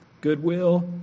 goodwill